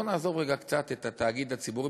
בוא נעזוב רגע קצת את התאגיד הציבורי,